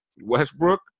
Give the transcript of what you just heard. Westbrook